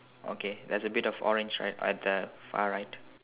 okay there's a bit of orange right at the far right